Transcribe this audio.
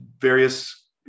various